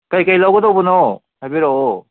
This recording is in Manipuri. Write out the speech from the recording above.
ꯀꯩꯀꯩ ꯂꯧꯒꯗꯧꯕꯅꯣ ꯍꯥꯏꯕꯤꯔꯛꯑꯣ